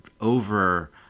over